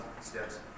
steps